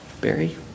Barry